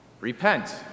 Repent